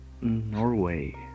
Norway